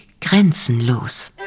grenzenlos